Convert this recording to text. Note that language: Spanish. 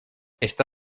esta